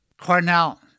Cornell